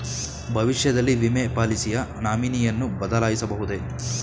ಭವಿಷ್ಯದಲ್ಲಿ ವಿಮೆ ಪಾಲಿಸಿಯ ನಾಮಿನಿಯನ್ನು ಬದಲಾಯಿಸಬಹುದೇ?